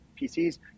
PCs